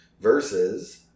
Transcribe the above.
versus